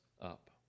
up